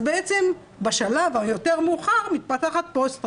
בעצם בשלב היותר מאוחר מתפתחת פוסט טראומה,